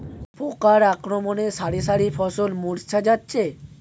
পোকার আক্রমণে শারি শারি ফসল মূর্ছা যাচ্ছে